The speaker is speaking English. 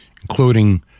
Including